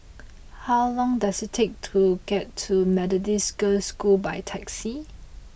how long does it take to get to Methodist Girls' School by taxi